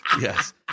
Yes